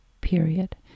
period